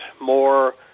more